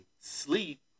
sleep